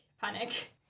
panic